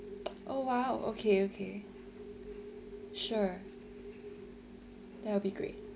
oh !wow! okay okay sure that will be great